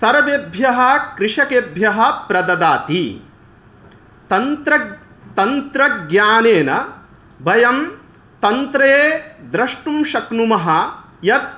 सर्वेभ्यः कृषकेभ्यः प्रददाति तन्त्र तन्त्रज्ञानेन वयं तन्त्रे द्रष्टुं शक्नुमः यत्